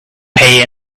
pay